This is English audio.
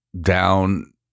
down